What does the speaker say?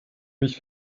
mich